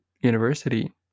University